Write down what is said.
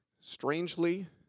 strangely